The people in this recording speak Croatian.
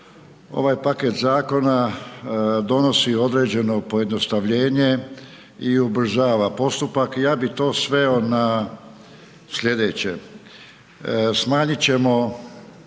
ovaj paket zakona donosi određeno pojednostavljenje i ubrzava postupak i ja bi sveo na slijedeće. Smanjit ćemo